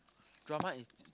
drama is